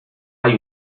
hay